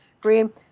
green